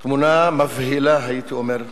התמונה מבהילה, הייתי אומר.